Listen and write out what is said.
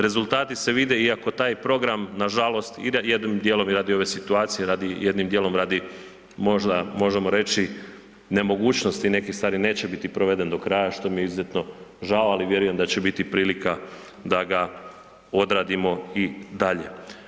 Rezultati se vide iako taj program nažalost ide jednom djelom i radi ove situacije, jednim djelom radi možda možemo reći, nemogućnosti nekih stvari neće bit proveden do kraja što mi je izuzetno žao, ali vjerujem da će biti prilika da ga odradimo i dalje.